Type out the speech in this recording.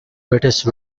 british